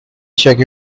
check